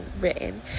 written